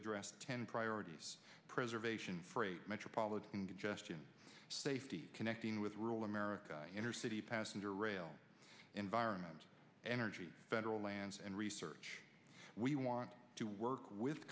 address ten priorities preservation for a metropolitan to justin safety connecting with rural america inner city passenger rail environment energy federal lands and research we want to work with